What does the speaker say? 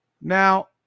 Now